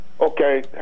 Okay